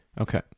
Okay